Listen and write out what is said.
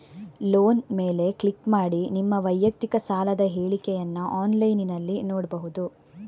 loan ಮೇಲೆ click ಮಾಡಿ ನಿಮ್ಮ ವೈಯಕ್ತಿಕ ಸಾಲದ ಹೇಳಿಕೆಯನ್ನ ಆನ್ಲೈನಿನಲ್ಲಿ ನೋಡ್ಬಹುದು